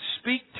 speak